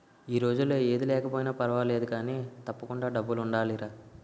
ఈ రోజుల్లో ఏది లేకపోయినా పర్వాలేదు కానీ, తప్పకుండా డబ్బులుండాలిరా